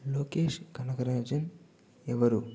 లోకేష్ కనకరాజన్ ఎవరు